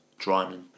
Dryman